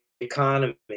economy